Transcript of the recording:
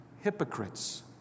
hypocrites